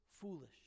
foolish